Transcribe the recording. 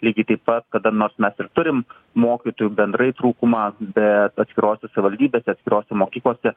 lygiai taip pat kada nors mes turim mokytojų bendrai trūkumą bet atskirose savivaldybėse atskirose mokyklose